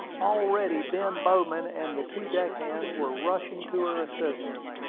already ben bowman and the two deck-hands were rushing to her assistance,